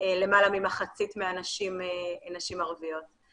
למעלה ממחצית מהנשים הן נשים ערביות.